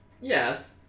Yes